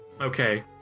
Okay